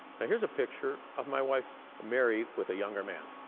here's a picture of my wife mary with a younger man.